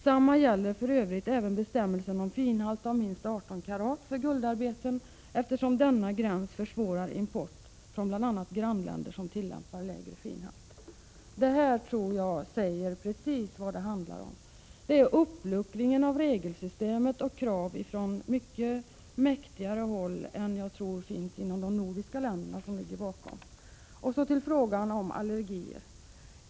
— ”Samma gäller för övrigt även bestämmelsen om finhalt av minst 18 karat för guldarbeten, eftersom denna gräns försvårar import från bl.a. grannländer som tillämpar lägre finhalt.” Det här säger precis vad det handlar om: en uppluckring av regelsystemet. Det är krafter från mycket mäktigare håll än vad som finns inom de nordiska länderna som ligger bakom. Så till frågan om allergier.